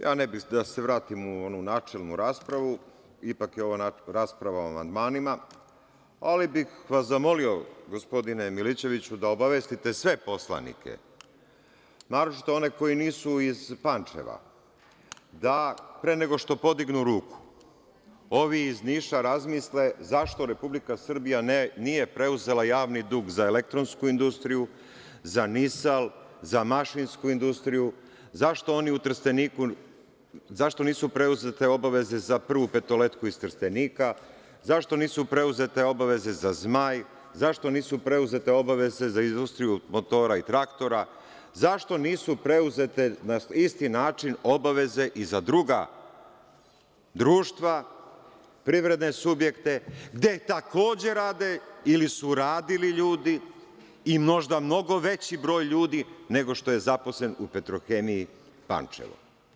Ja ne bih da se vratim u onu načelnu raspravu, ipak je ovo rasprava o amandmanima, ali bih vas zamolio, gospodine Milićeviću, da obavestite sve poslanike, a naročito one koji nisu iz Pančeva, da pre nego što podignu ruku ovi iz Niša razmisle zašto Republika Srbija nije preuzela javni dug za Elektronsku industriju, za „Nisal“, za Mašinsku industriju, zašto nisu preuzete obaveze za „Prvu Petoletku“ iz Trstenika, zašto nisu preuzete obaveza za „Zmaj“, zašto nisu preuzete obaveze za Industriju motora i traktora, zašto nisu preuzete na isti način obaveze i za druga društva, privredne subjekte, gde takođe rade ili su radili ljudi i možda mnogo veći broj ljudi nego što je zaposleno u Petrohemiji Pančevo.